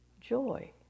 joy